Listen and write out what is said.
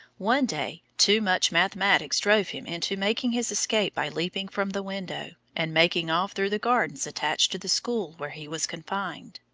one day, too much mathematics drove him into making his escape by leaping from the window, and making off through the gardens attached to the school where he was confined.